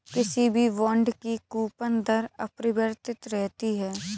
किसी भी बॉन्ड की कूपन दर अपरिवर्तित रहती है